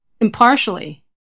impartially